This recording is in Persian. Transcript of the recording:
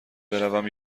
بروم